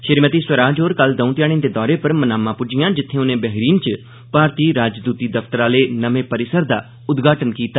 श्रीमती स्वराज होर कल दौं ध्याडे दे दौरे पर मनामा पुज्जियां जित्थें उनें बेहरीन च भारती राजदूती दफ्तर आले नमें परिसर दा उद्घाटन कीता